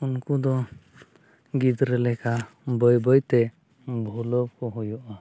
ᱩᱱᱠᱩ ᱫᱚ ᱜᱤᱫᱽᱨᱟᱹ ᱞᱮᱠᱟ ᱵᱟᱹᱭ ᱵᱟᱹᱭᱛᱮ ᱵᱷᱩᱞᱟᱹᱣ ᱠᱚ ᱦᱩᱭᱩᱜᱼᱟ